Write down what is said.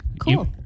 Cool